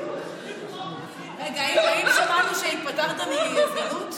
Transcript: רגע, האם שמענו שהתפטרת מהסגנות?